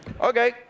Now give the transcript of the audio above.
Okay